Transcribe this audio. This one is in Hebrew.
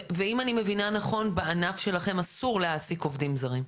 ואם אני מבינה נכון בענף שלכם אסור להעסיק עובדים זרים,